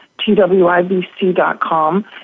twibc.com